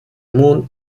mond